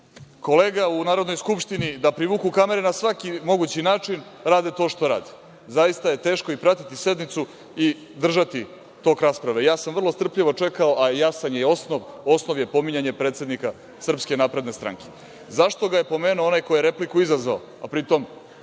kolega u Narodnoj skupštini i da privuku kamere na svaki mogući način, rade to što rade. Zaista je teško pratiti sednicu i držati tok rasprave. Ja sam vrlo strpljivo čekao, a jasan je osnov, osnov je pominjanje predsednika SNS.Zašto ga je pomenuo onaj koji je repliku izazvao, a pritom,